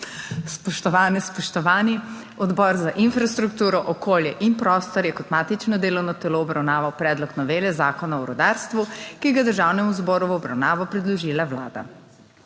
Spoštovane, spoštovani! Odbor za infrastrukturo, okolje in prostor je kot matično delovno telo obravnaval Predlog novele Zakona o rudarstvu, ki ga je Državnemu zboru v obravnavo predložila Vlada.